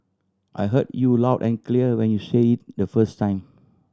I heard you loud and clear when you said it the first time